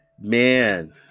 Man